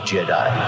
Jedi